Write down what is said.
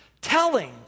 telling